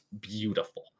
beautiful